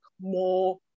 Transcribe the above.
more